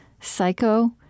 psycho